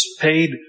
paid